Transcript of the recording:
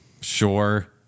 Sure